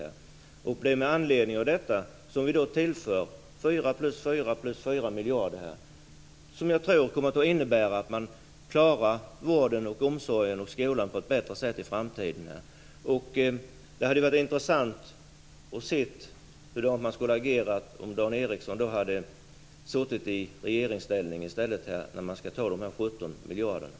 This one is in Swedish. Det är med anledning av detta som vi tillför fyra plus fyra plus fyra miljarder här. Jag tror att detta kommer att innebära att man klarar vården, omsorgen och skolan på ett bättre sätt i framtiden. Det hade varit intressant att se hur man hade agerat när det gäller dessa 17 miljarder om Dan Ericsson hade suttit i regeringsställning.